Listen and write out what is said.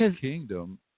kingdom